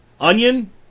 onion